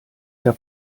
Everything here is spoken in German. der